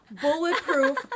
Bulletproof